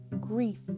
grief